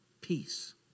peace